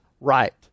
Right